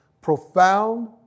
profound